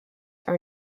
are